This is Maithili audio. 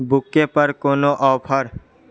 बूके पर कोनो ऑफर